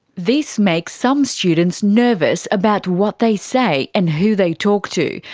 this makes some students nervous about what they say, and who they talk to,